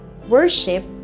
Worship